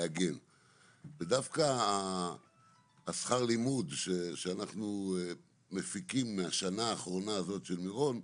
שכר הלימוד שאנחנו מפיקים מהשנה האחרונה, ממירון,